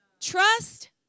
Trust